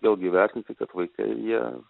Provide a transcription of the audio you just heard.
vėlgi vertint kad vaikai jie